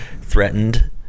threatened